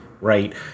Right